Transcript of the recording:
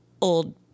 old